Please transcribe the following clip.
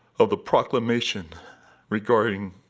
of the proclamation regarding